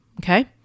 Okay